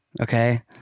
Okay